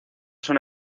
son